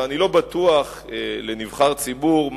ולנבחר ציבור,